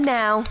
now